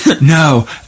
no